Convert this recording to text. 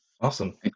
Awesome